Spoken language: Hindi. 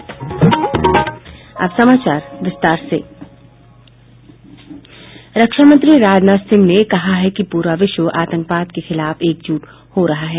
रक्षामंत्री राजनाथ सिंह ने कहा है कि पूरा विश्व आतंकवाद के खिलाफ एकजुट हो रहा है